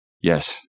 Yes